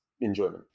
enjoyment